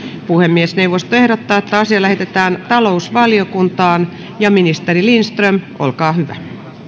puhemiesneuvosto ehdottaa että asia lähetetään talousvaliokuntaan ministeri lindström olkaa hyvä